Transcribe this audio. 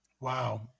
Wow